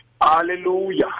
Hallelujah